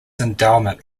endowment